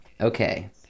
okay